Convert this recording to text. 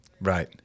Right